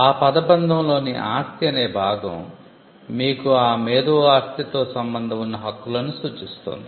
ఆ పద బంధంలోని 'ఆస్తి' అనే భాగం మీకు ఆ మేధో ఆస్తితో సంబంధం ఉన్న హక్కులను సూచిస్తుంది